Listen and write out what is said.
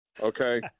okay